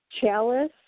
chalice